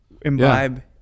imbibe